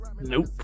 Nope